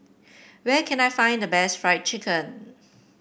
where can I find the best Fried Chicken